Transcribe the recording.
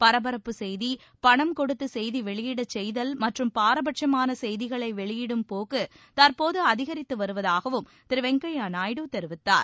பரபரப்பு செய்தி பணம் கொடுத்து செய்தி வெளியிடச் செய்தல் மற்றும் பாரபட்சமான செய்திகளை வெளியிடும் போக்கு தற்போது அதிகரித்து வருவதாகவும் திரு வெங்கய்ய நாயுடு தெரிவித்தார்